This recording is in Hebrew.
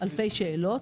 אלפי שאלות.